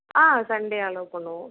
ஆ Sunday allow பண்ணுவோம்